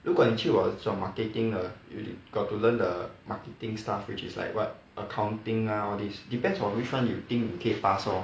如果你去我做 marketing 的 you got to learn the marketing stuff which is like what accounting lah all these depends on which [one] you think you 可以 pass lor